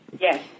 Yes